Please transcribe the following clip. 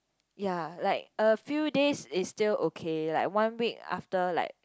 ya like a few days is still okay like one week after like